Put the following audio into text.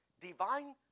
divine